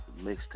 Mixtape